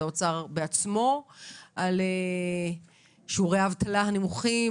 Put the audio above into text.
האוצר בעצמו על שיעורי האבטלה הנמוכים,